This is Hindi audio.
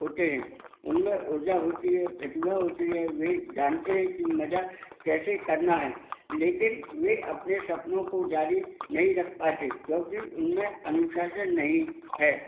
होते हैं उनमें ऊर्जा होती है प्रतिभा होती है वे जानते हैं कि मजा कैसे करना है लेकिन वे अपने सपनों को जारी नहीं रख पाते क्योंकि उनमें अनुशासन नहीं है